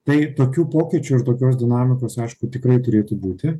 tai tokių pokyčių ir tokios dinamikos aišku tikrai turėtų būti